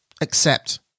accept